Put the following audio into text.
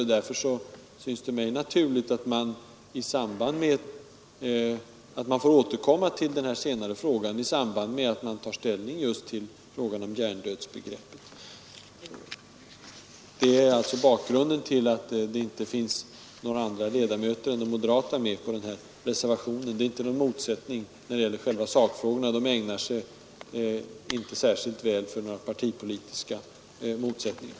Därför synes det mig naturligt att återkomma till den frågan i samband med att man tar ställning till hjärndödsbegreppet. Detta är alltså bakgrunden till att det inte finns andra ledamöter än de moderata med på reservationen. Det är inte någon motsättning i själva sakfrågorna. De lämpar sig inte särskilt väl för partipolitiska motsättningar.